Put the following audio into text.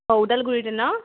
অঁ ওদালগুৰিতে নহ্